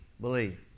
believe